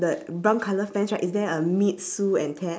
the brown colour fence right is there a meet sue and ted